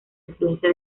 influencia